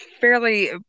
fairly